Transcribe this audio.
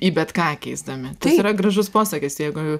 į bet ką keisdami yra gražus posakis tai jeigu